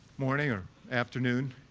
morning, or afternoon.